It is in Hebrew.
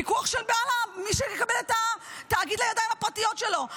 פיקוח של מי שיקבל את התאגיד לידיים הפרטיות שלו.